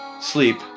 sleep